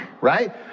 right